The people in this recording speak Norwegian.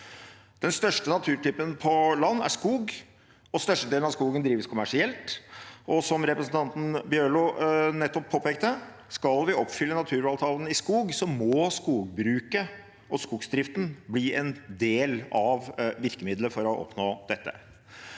Den største naturtypen på land er skog, og størstedelen av skogen drives kommersielt. Som representanten Bjørlo nettopp påpekte: Skal vi oppfylle naturavtalen for skog, må skogbruket og skogsdriften bli en del av virkemidlene for å oppnå dette.